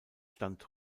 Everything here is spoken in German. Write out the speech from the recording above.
stand